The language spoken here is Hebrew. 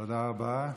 תודה רבה.